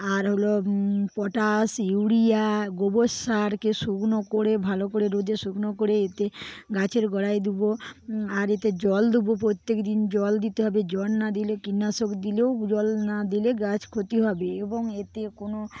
আর হলো potash urea গোবর সারকে শুকনো করে ভালো করে রোদে শুকনো করে এতে গাছের গোড়ায় দেবো আর এতে জল দেবো প্রত্যেক দিন জল দিতে হবে জল না দিলে কীটনাশক দিলেও জল না দিলে গাছ ক্ষতি হবে এবং এতে কোনও